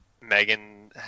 Megan